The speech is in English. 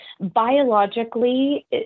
biologically